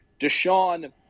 Deshaun